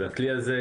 והכלי הזה,